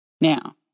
Now